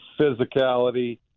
physicality